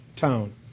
town